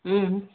ಹ್ಞೂ